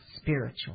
spiritual